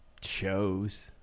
shows